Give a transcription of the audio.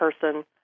person